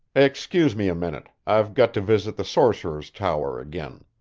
excuse me a minute i've got to visit the sorcerer's tower again.